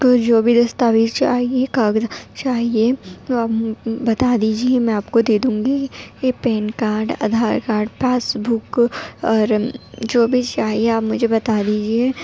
تو جو بھی دستاویز چاہیے کاغذ چاہیے تو آپ بتا دیجیے میں آپ کو دے دوں گی یہ PAN card Aadhaar card passbook اور جو بھی چاہیے آپ مجھے بتا دیجیے